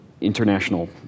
international